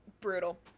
Brutal